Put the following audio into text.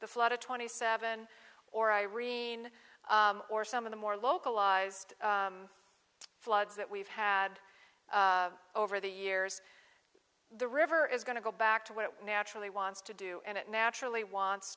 the flood of twenty seven or irene or some of the more localized floods that we've had over the years the river is going to go back to where it naturally wants to do and it naturally wants